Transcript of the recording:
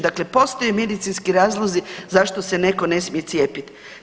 Dakle, postoje medicinski razlozi zašto se netko ne smije cijepiti.